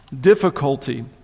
difficulty